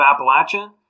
Appalachia